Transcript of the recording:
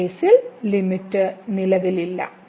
ഈ കേസിൽ ലിമിറ്റ് നിലവിലില്ല